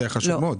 זה חשוב מאוד.